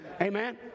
amen